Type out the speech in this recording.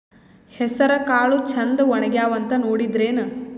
ಹೆಸರಕಾಳು ಛಂದ ಒಣಗ್ಯಾವಂತ ನೋಡಿದ್ರೆನ?